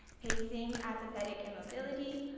pacing, apathetic immobility,